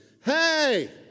Hey